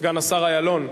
סגן השר אילון?